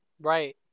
Right